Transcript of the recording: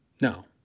No